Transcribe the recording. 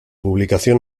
publicación